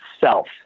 self